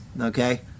Okay